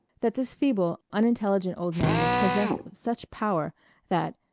that this feeble, unintelligent old man was possessed of such power that,